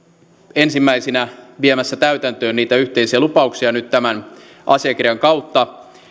ensimmäisinä viemässä täytäntöön niitä yhteisiä lupauksia nyt tämän asiakirjan kautta